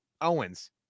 Owens